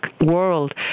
world